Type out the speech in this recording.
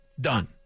done